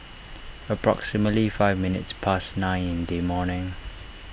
approximately five minutes past nine in the morning